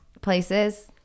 places